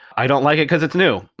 i don't like it because it's new.